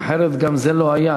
אחרת גם זה לא היה.